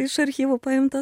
iš archyvų paimta